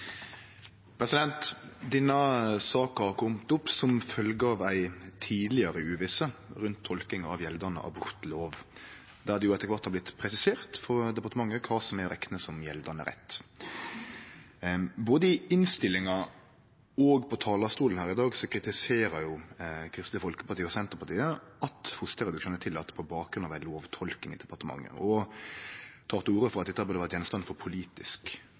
Denne saka har kome opp som følgje av ei tidlegare uvisse rundt tolkinga av gjeldande abortlov, der det etter kvart har vorte presisert av departementet kva som er å rekne for gjeldande rett. Både i innstillinga og på talarstolen her i dag kritiserer Kristeleg Folkeparti og Senterpartiet at fosterreduksjon er tillaten på bakgrunn av ei lovtolking i departementet, og tek til orde for at dette burde ha vore gjenstand for politisk